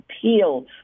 appeal